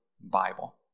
Bible